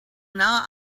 now